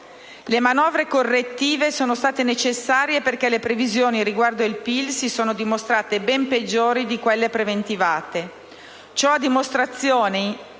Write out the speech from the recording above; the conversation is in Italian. Le manovre correttive sono state necessarie perché le previsioni riguardo il PIL si sono dimostrate ben peggiori di quelle preventivate.